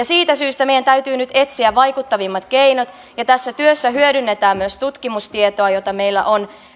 siitä syystä meidän täytyy nyt etsiä vaikuttavimmat keinot ja tässä työssä hyödynnetään myös tutkimustietoa jota meillä on